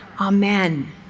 amen